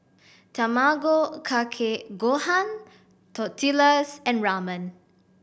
Tamago Kake Gohan Tortillas and Ramen